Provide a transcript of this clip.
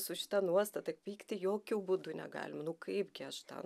su šita nuostata pykti jokiu būdu negalima nu kaipgi aš tą